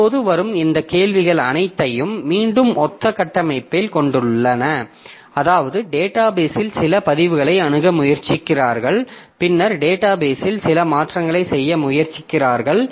இப்போது வரும் இந்த கேள்விகள் அனைத்தும் மீண்டும் ஒத்த கட்டமைப்பைக் கொண்டுள்ளன அதாவது டேட்டாபேஸ் இல் சில பதிவுகளை அணுக முயற்சிக்கிறார்கள் பின்னர் டேட்டாபேஸ் இல் சில மாற்றங்களைச் செய்ய முயற்சிக்கிறார்கள்